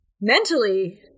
mentally